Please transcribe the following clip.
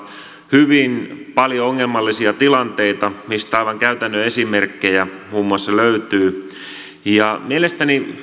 hyvin paljon ongelmallisia tilanteita mistä aivan käytännön esimerkkejä muun muassa löytyy mielestäni